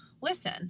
listen